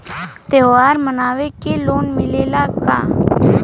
त्योहार मनावे के लोन मिलेला का?